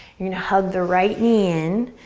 you're gonna hug the right knee in,